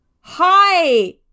hi